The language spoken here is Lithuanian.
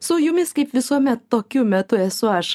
su jumis kaip visuomet tokiu metu esu aš